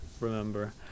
remember